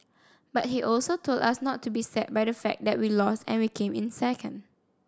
but he also told us not be sad by the fact that we lost and we came in second